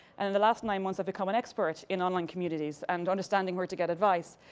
and in the last nine months i've become an expert in online communities. and understanding where to get advice.